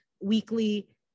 weekly